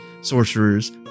sorcerers